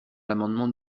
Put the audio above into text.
l’amendement